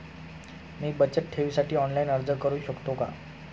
मी बचत ठेवीसाठी ऑनलाइन अर्ज करू शकतो का?